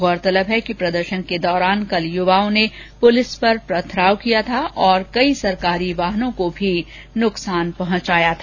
गौरतलब है कि प्रदर्शन के दौरान कल युवाओं ने पुलिस पर पथराव किया था और कई सरकारी वाहनों को नुकसान भी पहुंचाया था